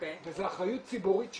וזו אחריות ציבורית שלנו.